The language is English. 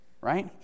right